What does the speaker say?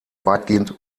weitgehend